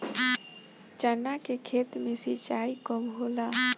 चना के खेत मे सिंचाई कब होला?